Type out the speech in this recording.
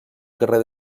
carrer